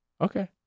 Okay